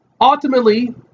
Ultimately